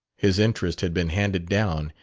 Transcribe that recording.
his interest had been handed down,